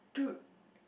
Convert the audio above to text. dude